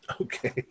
Okay